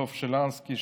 דב שילנסקי,